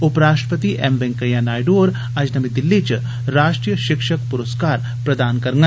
उपराश्ट्रपति एम वैंकेइया नायडु होर अज्ज नमीं दिल्ली च राश्ट्री षिक्षक पुरस्कार प्रदान करडन